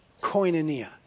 koinonia